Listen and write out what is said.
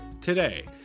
today